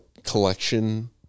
collection